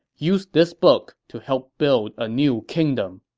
use this book to help build a new kingdom.